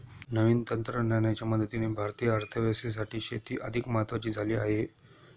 नवीन तंत्रज्ञानाच्या मदतीने भारतीय अर्थव्यवस्थेसाठी शेती अधिक महत्वाची झाली आहे